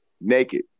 Naked